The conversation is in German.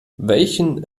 welchen